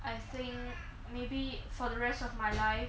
I think maybe for the rest of my life